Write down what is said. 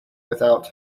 without